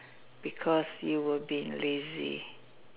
because you were being lazy